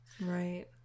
right